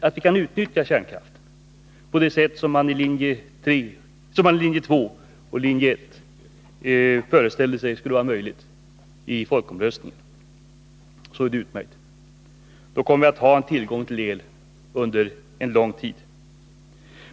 Om vi kan utnyttja kärnkraften på det sätt som de som stod bakom linje 1 och linje 2 i folkomröstningen föreställde sig vara möjligt, är det alltså utmärkt. Då kommer vi att ha tillgång till el under lång tid.